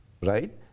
right